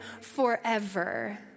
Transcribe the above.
forever